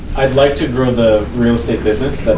i'd like to grow the real estate business. that's